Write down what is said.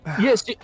Yes